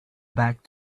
back